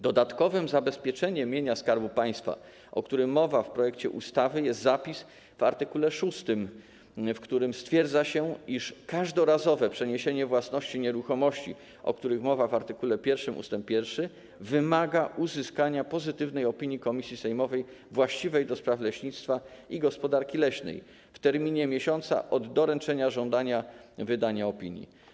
Dodatkowym zabezpieczeniem mienia Skarbu Państwa, o którym mowa w projekcie ustawy, jest zapis w art. 6, w którym stwierdza się, iż każdorazowe przeniesienie własności nieruchomości, o których mowa w art. 1 ust. 1, wymaga uzyskania pozytywnej opinii komisji sejmowej właściwej do spraw leśnictwa i gospodarki leśnej w terminie miesiąca od dnia doręczenia żądania wydania opinii.